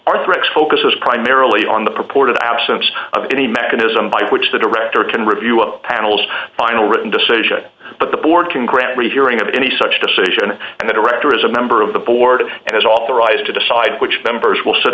arthritics focuses primarily on the purported absence of any mechanism by which the director can review of panels final written decision but the board can grant rehearing of any such decision and the director is a member of the board and is authorized to decide which members will sit